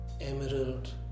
emerald